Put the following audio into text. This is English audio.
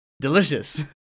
Delicious